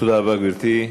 תודה רבה, גברתי.